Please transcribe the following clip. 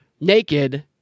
naked